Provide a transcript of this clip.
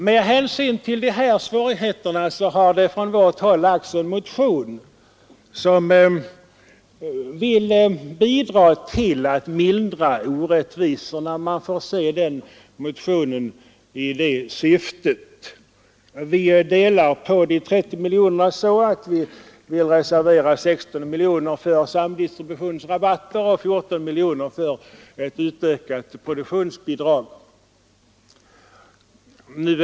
Med hänsyn till dessa svårigheter har det från vårt håll lagts en motion, 1974:1750, i syfte att mildra orättvisorna. Vi delar på de 30 miljonerna så att 16 miljoner reserveras för samdistributionsrabatter och 14 miljoner för ett ökat produktionsbidrag.